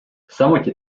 samuti